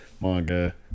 manga